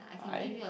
why